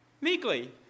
Meekly